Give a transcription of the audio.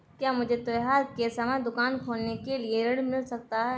क्या मुझे त्योहार के समय दुकान खोलने के लिए ऋण मिल सकता है?